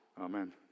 Amen